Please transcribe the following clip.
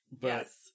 Yes